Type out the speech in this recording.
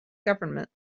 government